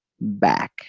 back